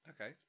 Okay